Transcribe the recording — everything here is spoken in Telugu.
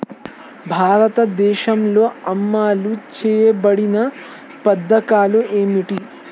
భారతదేశంలో అమలు చేయబడిన పథకాలు ఏమిటి?